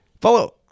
follow